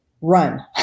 run